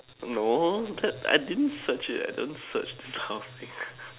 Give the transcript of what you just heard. no that I didn't search it I don't search this kind of thing